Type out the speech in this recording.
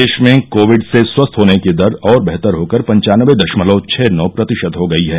देश में कोविड से स्वस्थ होने की दर और बेहतर होकर पंचानबे दशमवल छह नौ प्रतिशत हो गई है